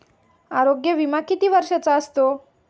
आरोग्य विमा किती वर्षांचा असतो?